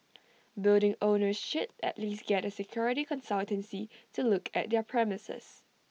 building owners should at least get A security consultancy to look at their premises